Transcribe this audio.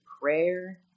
Prayer